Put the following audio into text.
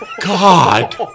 god